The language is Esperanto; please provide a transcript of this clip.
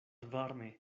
varme